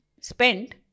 spent